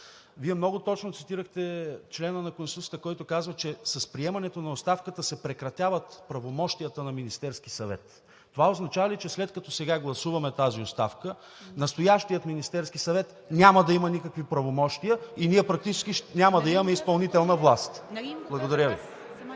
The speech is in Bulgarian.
Вие много точно цитирахте члена на Конституцията, който казва, че: „с приемането на оставката се прекратяват правомощията на Министерския съвет“. Това означава ли, че след като сега гласуваме тази оставка, настоящият Министерски съвет няма да има никакви правомощия и ние практически няма да имаме изпълнителна власт? Благодаря Ви.